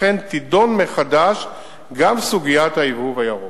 אכן תידון מחדש גם סוגיית ההבהוב הירוק.